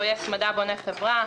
פרויקט "מדע בונה חברה",